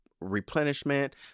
replenishment